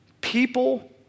People